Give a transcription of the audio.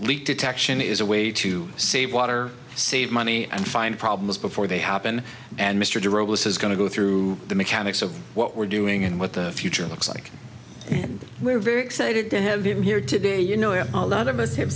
leak detection is a way to save water save money and find problems before they happen and mr de rose is going to go through the mechanics of what we're doing and what the future looks like we're very excited to have him here today you know a lot of us have